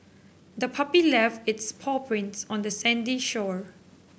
the puppy left its paw prints on the sandy shore